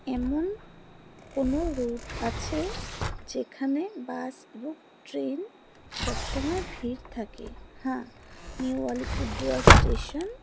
এমন কোনো রুট আছে যেখানে বাস এবং ট্রেন সব সময় ভিড় থাকে হ্যাঁ নিউ আলিপুরদুয়ার স্টেশন